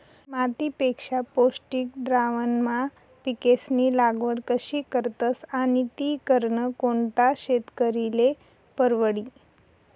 मातीपेक्षा पौष्टिक द्रावणमा पिकेस्नी लागवड कशी करतस आणि ती करनं कोणता शेतकरीले परवडी?